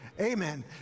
amen